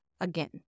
again